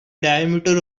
diameter